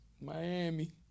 Miami